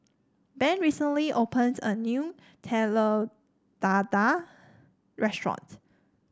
Ben recently opened a new Telur Dadah Restaurant